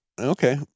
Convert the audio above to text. okay